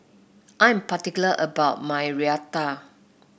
I'm particular about my Raita